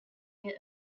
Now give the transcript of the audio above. year